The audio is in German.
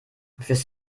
fürs